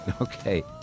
okay